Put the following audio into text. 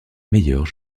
meilleures